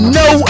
no